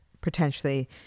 potentially